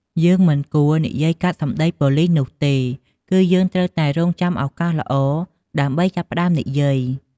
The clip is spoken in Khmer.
យើងមិនគួរនិយាយកាត់សម្ដីប៉ូលិសនោះទេ គឺយើងត្រូវតែរង់ចាំឱកាសល្អដើម្បីចាប់ផ្ដើមនិយាយ។